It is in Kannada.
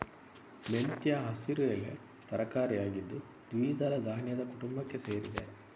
ಮೆಂತ್ಯ ಹಸಿರು ಎಲೆ ತರಕಾರಿ ಆಗಿದ್ದು ದ್ವಿದಳ ಧಾನ್ಯದ ಕುಟುಂಬಕ್ಕೆ ಸೇರಿದೆ